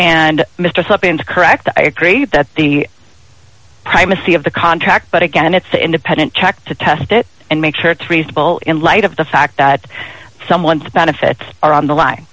somethin's correct i agree that the primacy of the contract but again it's the independent check to test it and make sure it's reasonable in light of the fact that someone's benefits are on the line